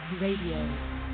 Radio